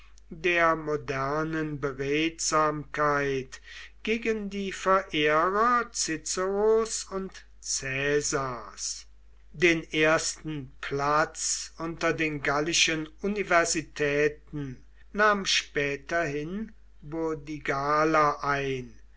der modernen beredsamkeit gegen die verehrer ciceros und caesars den ersten platz unter den gallischen universitäten nahm späterhin burdigala ein